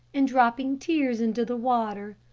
and dropping tears into the water.